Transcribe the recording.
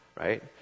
right